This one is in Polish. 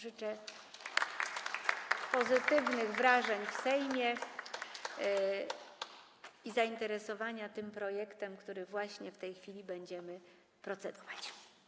Życzę pozytywnych wrażeń w Sejmie i zainteresowania projektem, nad którym właśnie w tej chwili będziemy procedować.